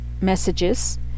messages